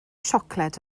siocled